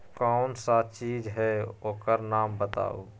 कौन सा चीज है ओकर नाम बताऊ?